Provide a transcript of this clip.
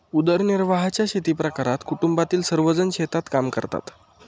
उदरनिर्वाहाच्या शेतीप्रकारात कुटुंबातील सर्वजण शेतात काम करतात